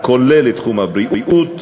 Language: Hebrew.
הכולל את תחום הבריאות,